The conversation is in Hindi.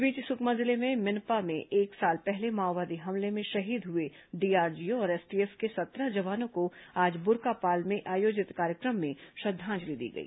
इस बीच सुकमा जिले के मिनपा में एक साल पहले माओवादी हमले में शहीद हुए डीआरजी और एसटीएफ के सत्रह जवानों को आज बुर्कापाल में आयोजित कार्यक्रम में श्रद्वांजलि दी गई